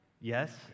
Yes